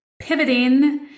pivoting